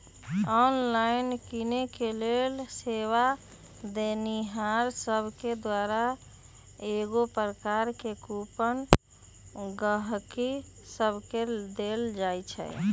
online किनेके लेल सेवा देनिहार सभके द्वारा कएगो प्रकार के कूपन गहकि सभके देल जाइ छइ